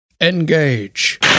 Engage